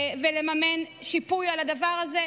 ולממן שיפוי על הדבר הזה,